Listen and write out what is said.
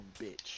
bitch